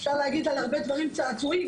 אפשר להגיד על הרבה דברים צעצועים,